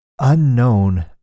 unknown